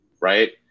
Right